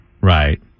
Right